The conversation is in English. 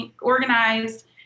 organized